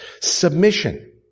submission